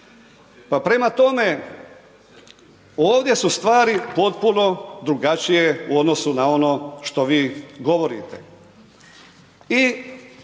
Pa prema tome, ovdje su stvari potpuno drugačije u odnosu na ono što vi govorite.